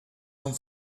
non